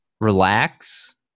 relax